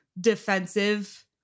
defensive